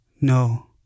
No